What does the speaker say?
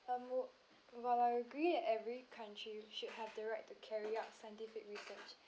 um while I agree that every country should have the right to carry out scientific research